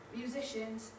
musicians